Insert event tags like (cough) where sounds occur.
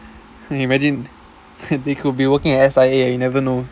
eh you imagine (laughs) they could be working at S_I_A leh you never know